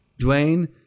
Dwayne